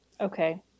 okay